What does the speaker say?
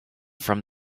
from